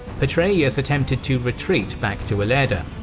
petreius attempted to retreat back to ilerda.